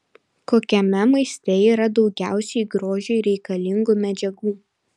kokiame maiste yra daugiausiai grožiui reikalingų medžiagų